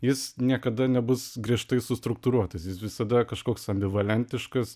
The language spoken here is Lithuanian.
jis niekada nebus griežtai sustruktūruotas jis visada kažkoks ambivalentiškas